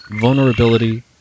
vulnerability